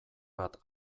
bat